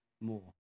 more